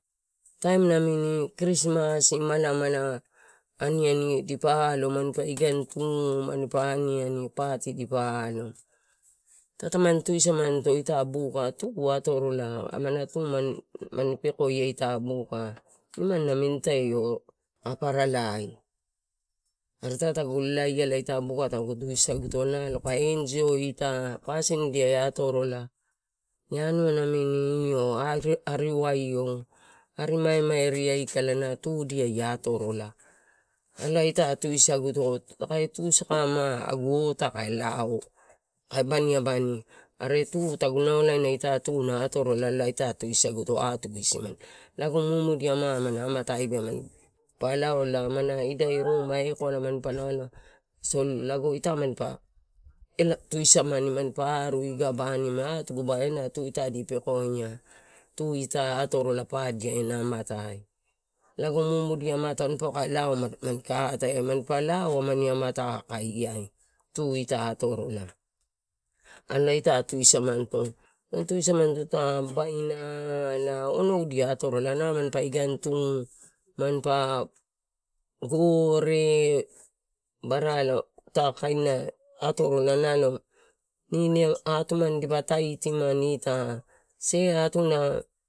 Taim namini krismas mala mala adiana dipa alo manpa idaini mampa aniani pati dipa alo ita tamani tusamanito. Ita buka tu atorola amanatu mani pekoia ita buka nimani namini itoi aparalai. Are tagu lalaia la, ita buka tagu tusaguto nalo kae enjoi ita pasin dia atorola ia anuanamini ari vaiou, ari maimairi alkala na tudia atorola elae ita tusaguto, taka tuu, saka ma agu otai kae lao kae baniabani are tu ita tagu naukainana atorola alo lai ita tagu tusaguto atuguisimani. Lago mumudia ma amana amatai ma loala, amana ida ruma ekoala manpa lo aloa lago ita manpa tusamani mampa aru iga bani atuguba ena tu ita di pekoia tu ita kae lao aka lae? Tu ita atorola ala ita tusamanito, tutu samanito, babaina, ala, onoudia. Ita kaina atorola nalo nini amani dipa taitamani sea atuna.